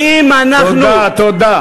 תודה.